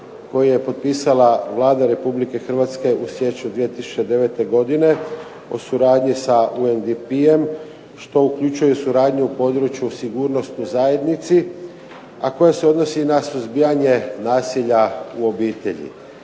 koji je potpisala Vlada Republike Hrvatske u siječnju 2009. godine, o suradnji sa UNDP-em što uključuje suradnju u području sigurnosti u zajednici, a koja se odnosi na suzbijanje nasilja u obitelji.